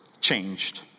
changed